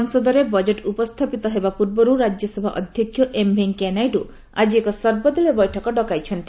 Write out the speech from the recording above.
ସଂସଦରେ ବଜେଟ୍ ଉପସ୍ଥାପିତ ହେବା ପୂର୍ବରୁ ରାଜ୍ୟସଭା ଅଧ୍ୟକ୍ଷ ଏମ୍ ଭେଙ୍କେୟାନାଇଡୁ ଆକି ଏକ ସର୍ବଦଳୀୟ ବୈଠକ ଡକାଇଛନ୍ତି